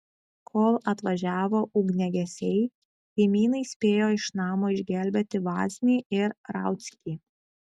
kol atvažiavo ugniagesiai kaimynai spėjo iš namo išgelbėti vaznį ir rauckį